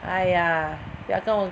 哎呀不要这种